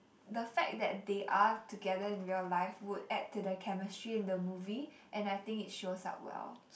the fact that they are together in real life would add to their chemistry in the movie and I think it shows up well